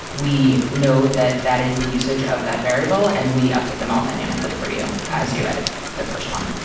we know that that is the usage of that variable and we update them all dynamically for you as you edit the first one